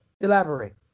Elaborate